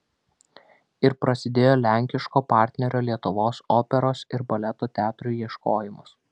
ir prasidėjo lenkiško partnerio lietuvos operos ir baleto teatrui ieškojimas